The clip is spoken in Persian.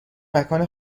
مکان